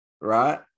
right